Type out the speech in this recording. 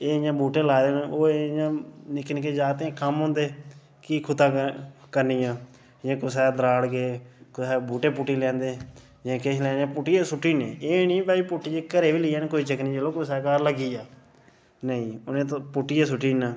एह् इ'यां बूहटे लाए दे ना ओह् इ'यां निक्के निक्के जागते दे कम्म होंदे कि खुत्तां करनियां जि'यां कुसै दे दराड़ गै कुसै दे बूहटे पुट्टी लेई औंदे जां किश ने पुटियै सुट्टी ओड़ने एह् नेईं भाई पुट्टियै घरै गी लेई जान कोई चक्कर नेईं चलो कुसै दे घर लगी जा नेईं उ'नें ते पुटियै सुट्टी ओड़ने